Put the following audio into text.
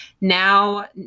now